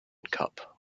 cup